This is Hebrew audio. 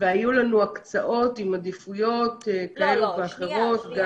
היו לנו הקצאות עם עדיפויות כאלו ואחרות.